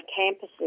campuses